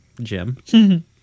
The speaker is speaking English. Jim